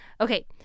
Okay